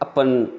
अपन